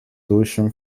tuition